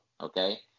okay